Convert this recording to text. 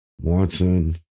Watson